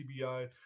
tbi